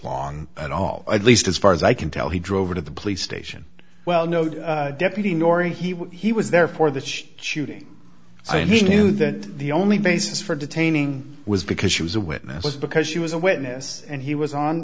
long at all at least as far as i can tell he drove her to the police station well no the deputy nor he was he was there for the shooting so he knew that the only basis for detaining was because she was a witness because she was a witness and he was